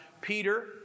Peter